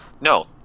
No